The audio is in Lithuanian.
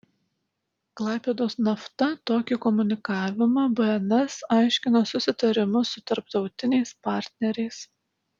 klaipėdos nafta tokį komunikavimą bns aiškino susitarimu su tarptautiniais partneriais